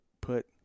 put